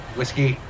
whiskey